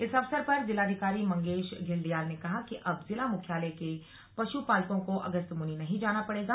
इस अवसर पर जिलाधिकारी मंगेश घिल्डियाल ने कहा कि अब जिला मुख्यालय के पश्पालकों को अगस्त्यमुनि नहीं जाना पड़ेगा